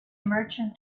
merchant